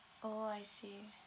orh I see